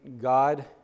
God